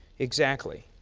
exactly.